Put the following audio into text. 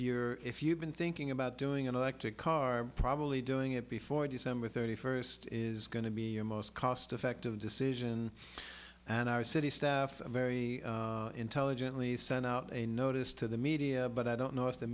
you're if you've been thinking about doing an electric car probably doing it before december thirty first is going to be your most cost effective decision and our city staff very intelligently sent out a notice to the media but i don't know if the